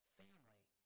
family